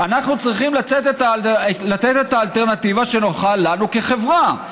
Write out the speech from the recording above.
אנחנו צריכים לתת את האלטרנטיבה שנוחה לנו כחברה.